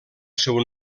seu